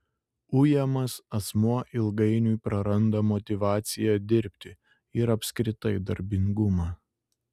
ujamas asmuo ilgainiui praranda motyvaciją dirbti ir apskritai darbingumą